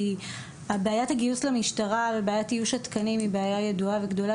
כי בעיית הגיוס למשטרה ובעיית איוש התקנים היא בעיה ידועה וגדולה,